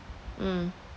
mm